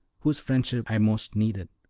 whose friendship i most needed,